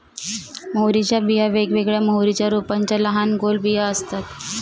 मोहरीच्या बिया वेगवेगळ्या मोहरीच्या रोपांच्या लहान गोल बिया असतात